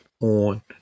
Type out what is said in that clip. on